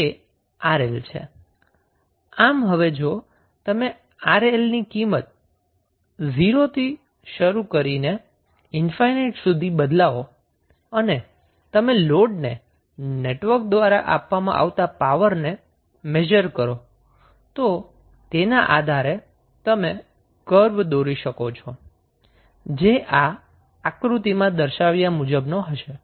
આમ હવે જો તમે 𝑅𝐿 ની કિંમત 0 થી શરૂ કરીને ઈન્ફાઈનાઈટ સુધી બદલાવો અને તમે લોડ ને નેટવર્ક દ્વારા આપવામાં આવતાં પાવરન મેઝર કરો તો તેના આધારે તમે કર્વ દોરી શકો છો જે આ આક્રુતિમાં દર્શાવ્યા મુજબ નો હશે